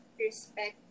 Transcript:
respect